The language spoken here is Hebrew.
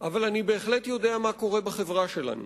אבל אני בהחלט יודע מה קורה בחברה שלנו.